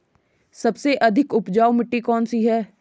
सबसे अधिक उपजाऊ मिट्टी कौन सी है?